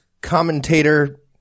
commentator